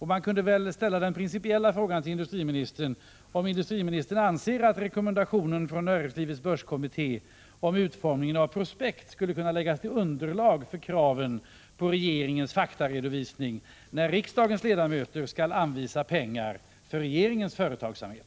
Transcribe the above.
Man kunde ställa den principiella frågan om industriministern anser att rekommendationen från näringslivets börskommitté om utformningen av prospekt skulle kunna läggas till underlag för kraven på regeringens faktaredovisning när riksdagens ledamöter skall anvisa pengar för regeringens företagsamhet.